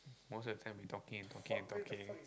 most of the time we talking and talking and talking